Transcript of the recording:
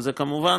וכמובן,